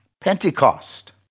Pentecost